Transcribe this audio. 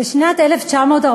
בשנת 1948,